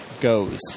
goes